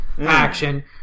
action